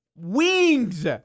Wings